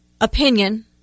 opinion